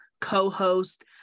co-host